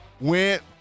Went